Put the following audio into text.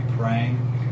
praying